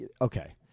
Okay